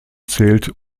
zählt